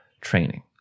training